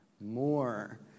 more